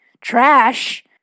trash